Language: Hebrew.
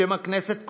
בשם הכנסת כולה,